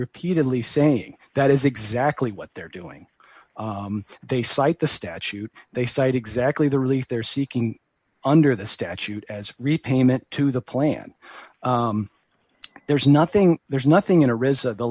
repeatedly saying that is exactly what they're doing they cite the statute they cite exactly the relief they're seeking under the statute as repayment to the plan there's nothing there's nothing in a